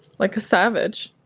like a savage